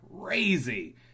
crazy